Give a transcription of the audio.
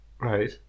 Right